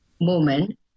moment